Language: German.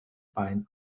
bein